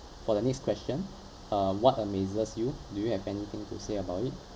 for the next question uh what amazes you do you have anything to say about it